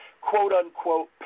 quote-unquote